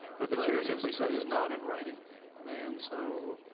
that the chair simply says is not in writing and so